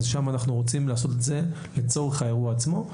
שם אנחנו רוצים לעשות את זה לצורך האירוע עצמו.